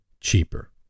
cheaper